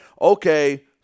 okay